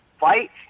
fight